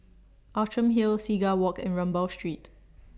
Outram Hill Seagull Walk and Rambau Street